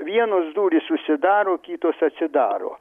vienos durys užsidaro kitos atsidaro